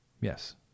Yes